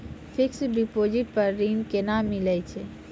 Fixed deposit पर ऋण केना मिलै छै?